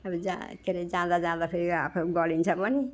अब जा के अरे जाँदा जाँदाफेरि आफू गलिन्छ पनि